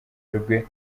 rwe